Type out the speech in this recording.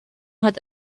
hat